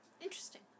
Interesting